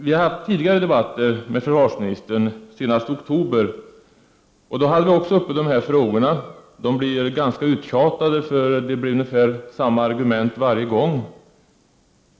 Vi har haft tidigare debatter med försvarsministern, senast i oktober, och då behandlades också dessa frågor. De blir ganska uttjatade, för det blir ungefär samma argument varje gång.